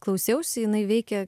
klausiausi jinai veikė